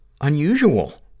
unusual